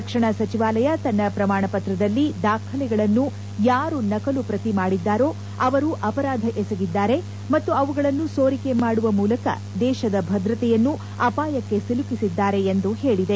ರಕ್ಷಣಾ ಸಚಿವಾಲಯ ತನ್ನ ಪ್ರಮಾಣಪತ್ರದಲ್ಲಿ ದಾಖಲೆಗಳನ್ನು ಯಾರು ನಕಲುಪ್ರತಿ ಮಾಡಿದ್ದಾರೋ ಅವರು ಅಪರಾಧ ಎಸಗಿದ್ದಾರೆ ಮತ್ತು ಅವುಗಳನ್ನು ಸೋರಿಕೆ ಮಾಡುವ ಮೂಲಕ ದೇಶದ ಭದ್ರತೆಯನ್ನು ಅಪಾಯಕ್ಕೆ ಸಿಲುಕಿಸಿದ್ದಾರೆ ಎಂದು ಹೇಳಿದೆ